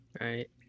right